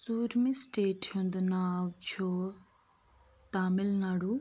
ژوٗرمہِ سٹیٹہِ ہُنٛد ناو چھُ تامِل ناڈوٗ